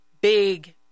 Big